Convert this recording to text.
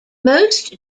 most